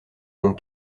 dont